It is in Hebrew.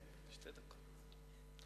שלוש דקות.